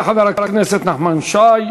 תודה לחבר הכנסת נחמן שי.